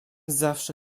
zawsze